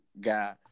guy